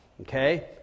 Okay